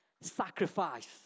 sacrifice